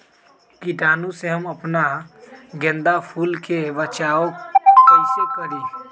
कीटाणु से हम अपना गेंदा फूल के बचाओ कई से करी?